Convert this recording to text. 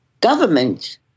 government